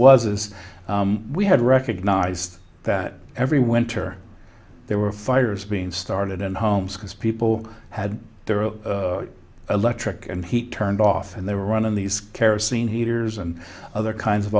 was as we had recognized that every winter there were fires being started in homes because people had their electric and heat turned off and they were running these kerosene heaters and other kinds of